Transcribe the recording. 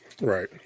Right